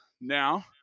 Now